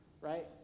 right